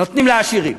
נותנים לעשירים.